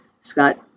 Scott